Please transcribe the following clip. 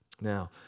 Now